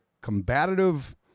combative